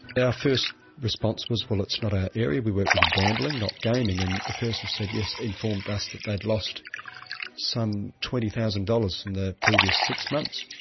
first response was, well, it's not our area, we work with gambling, not gaming. and the person said, yes informed us that they'd lost some twenty thousand dollars in the previous six months.